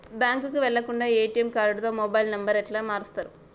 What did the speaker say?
బ్యాంకుకి వెళ్లకుండా ఎ.టి.ఎమ్ కార్డుతో మొబైల్ నంబర్ ఎట్ల మారుస్తరు?